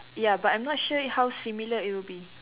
ya but I'm not sure how similar it would be